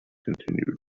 continued